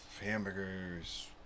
hamburgers